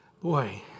Boy